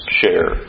share